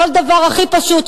לכל דבר הכי פשוט,